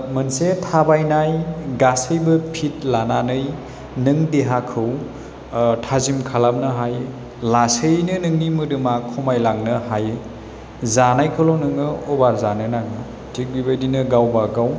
मोनसे थाबायनाय गासैबो फिट लानानै नों देहाखौ थाजिम खालामनो हायो लासैनो नोंनि मोदोमा खमायलांनो हायो जानायखौल' नोङो अभार जानो नाङा थिग बेबायदिनो गावबा गाव